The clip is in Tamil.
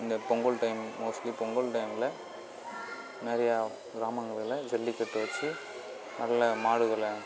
இந்தப் பொங்கல் டைம் மோஸ்ட்லி பொங்கல் டைமில் நிறையா கிராமங்களில் ஜல்லிக்கட்டு வெச்சு நல்ல மாடுகளை